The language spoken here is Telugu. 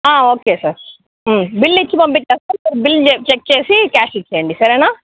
ఆ ఓకే సార్ బిల్ ఇచ్చి పంపించేస్తాను బిల్ చెక్ చేసి క్యాష్ ఇచ్చేయండి సరేనా